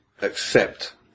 accept